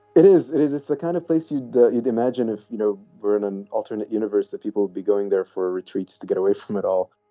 it is. it is. it's the kind of place you'd you'd imagine if you know were in an alternate universe that people would be going there for retreats to get away from it all